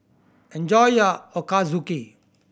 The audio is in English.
enjoy your Ochazuke